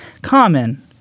Common